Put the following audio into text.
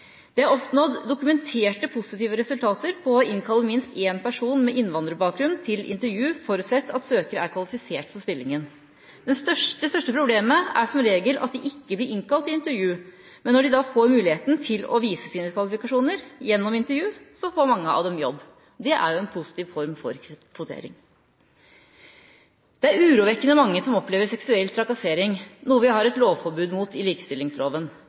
Det er oppnådd dokumentert positive resultater ved å innkalle minst én person med innvandrerbakgrunn til intervju forutsatt at søkeren er kvalifisert til stillingen. Det største problemet er som regel at de ikke blir innkalt til intervju. Når de får muligheten til å vise sine kvalifikasjoner gjennom intervju, får mange av dem jobb. Det er en positiv form for kvotering. Det er urovekkende mange som opplever seksuell trakassering – noe vi har et lovforbud mot i likestillingsloven.